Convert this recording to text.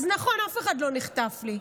אז נכון, אף אחד לא נחטף לי,